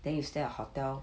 then you stay at hotel